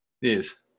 Yes